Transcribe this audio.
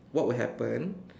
what would happen